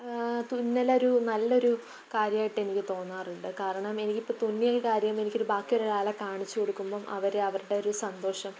തുന്നലൊരു നല്ലൊരു കാര്യമായിട്ടെനിക്ക് തോന്നാറുണ്ട് കാരണം എനിക്കിപ്പം തുന്നിയൊരു കാര്യം എനിക്കൊരു ബാക്കി ഒരാളെ കാണിച്ച് കൊടുക്കുമ്പം അവർ അവരുടെയൊരു സന്തോഷം